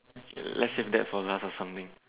let's have that for last or something